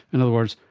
in other words,